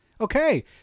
Okay